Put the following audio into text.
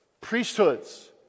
priesthoods